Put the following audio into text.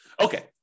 Okay